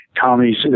Tommy's